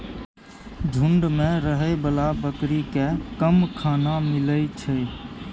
झूंड मे रहै बला बकरी केँ कम खाना मिलइ छै